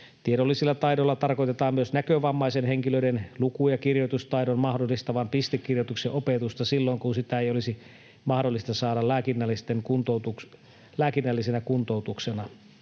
tiedollisilla taidoilla tarkoitetaan myös näkövammaisten henkilöiden luku- ja kirjoitustaidon mahdollistavan pistekirjoituksen opetusta silloin, kun sitä ei olisi mahdollista saada lääkinnällisenä kuntoutuksena.